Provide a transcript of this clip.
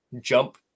jump